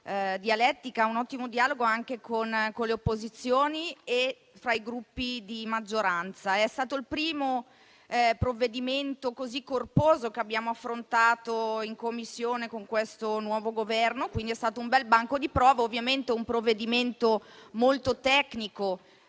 dialettica e un ottimo dialogo anche con le opposizioni e fra i Gruppi di maggioranza. È stato il primo provvedimento così corposo che abbiamo affrontato in Commissione con questo nuovo Governo, quindi è stato un bel banco di prova. È un provvedimento molto tecnico